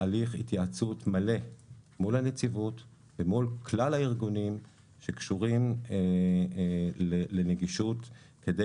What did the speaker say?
הליך התייעצות מלא מול הנציבות ומול כלל הארגונים שקשורים לנגישות כדי